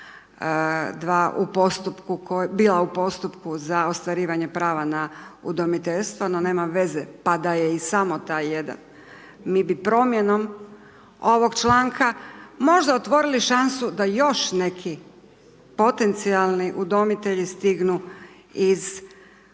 da su dva bila u postupku za ostvarivanje prava na udomiteljstvo, no nema veze, pa da je samo i taj jedan, mi bi promjenom ovog članka možda otvorili šansu da još neki potencijali udomitelji stignu iz